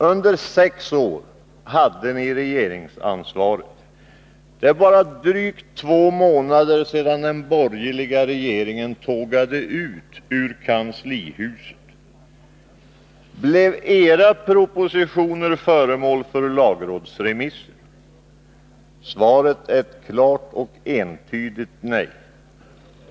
Under sex år hade ni regeringsansvaret. Det är bara drygt två månader sedan den borgerliga regeringen tågade ut ur kanslihuset. Blev era propositioner föremål för lagrådsremisser? Svaret är ett klart och entydigt nej.